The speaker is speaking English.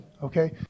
okay